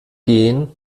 gehen